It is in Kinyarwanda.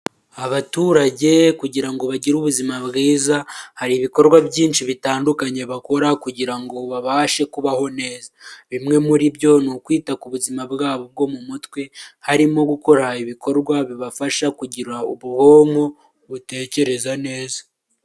Abaturage kugira ngo bagire ubuzima bwiza hari ibikorwa byinshi bitandukanye bakora kugira ngo babashe kubaho neza, bimwe muri byo ni ukwita ku buzima bwabo bwo mu mutwe harimo gukora ibikorwa bibafasha kugira ubwonko butekereza neza.